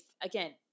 again